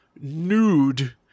nude